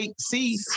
see